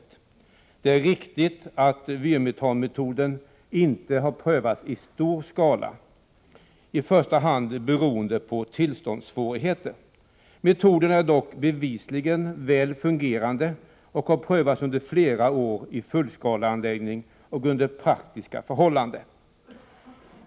Det See 5 é är skap på naturgasär riktigt att vyrmetanmetoden ännu inte har prövats i stor skala, i första hand området beroende på tillståndssvårigheter. Metoden fungerar dock bevisligen väl och har prövats under flera år i fullskaleanläggning och under praktiska förhållanden.